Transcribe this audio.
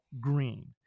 green